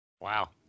Wow